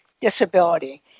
disability